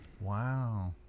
Wow